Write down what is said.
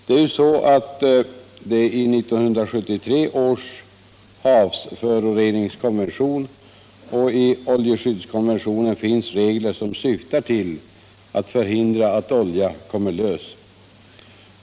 Det är så att i 1973 års havsföroreningskonvention och i oljeskyddskonventionen finns regler som syftar till att förhindra att olja kommer lös.